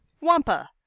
Wampa